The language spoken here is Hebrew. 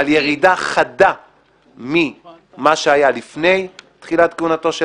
-- על ירידה חדה ממה שהיה לפני תחילת כהונתו של